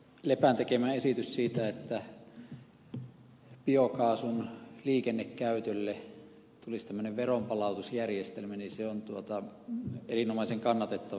lepän tekemä esitys siitä että biokaasun liikennekäytölle tulisi tämmöinen veronpalautusjärjestelmä on erinomaisen kannatettava